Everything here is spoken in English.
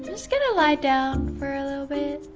just gonna lie down for a little bit